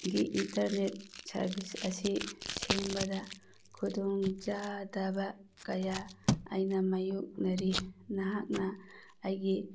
ꯒꯤ internet service ꯑꯁꯤ ꯁꯦꯝꯕꯗ ꯈꯨꯗꯣꯡ ꯆꯥꯗꯕ ꯀꯌꯥ ꯑꯩꯅ ꯃꯥꯏꯌꯣꯛꯅꯔꯤ ꯅꯍꯥꯛꯅ ꯑꯩꯒꯤ